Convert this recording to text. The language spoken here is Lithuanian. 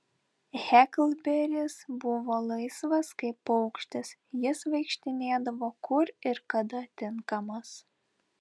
heklberis buvo laisvas kaip paukštis jis vaikštinėdavo kur ir kada tinkamas